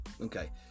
Okay